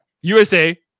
USA